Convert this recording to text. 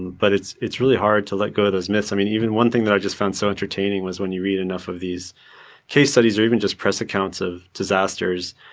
and but it's it's really hard to let go of those myths. i mean, even one thing that i just found so entertaining was when you read enough of these case studies or even just press accounts of disasters,